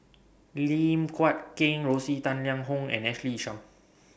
Lim Guat Kheng Rosie Tang Liang Hong and Ashley Isham